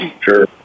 Sure